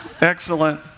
excellent